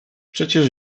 przecież